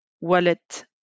wallet